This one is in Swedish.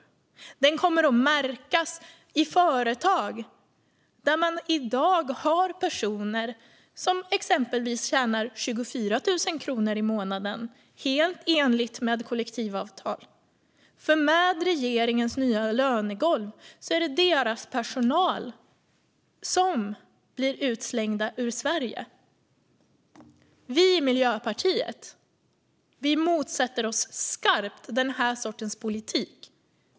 Konsekvenserna kommer också att märkas i företag där man i dag har personer som exempelvis tjänar 24 000 kronor i månaden - helt i enlighet med kollektivavtal - för med regeringens nya lönegolv är det deras personal som blir utslängd ur Sverige. Vi i Miljöpartiet motsätter oss starkt den här sortens politik.